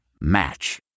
Match